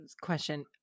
question